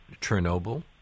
Chernobyl